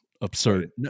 absurd